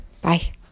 Bye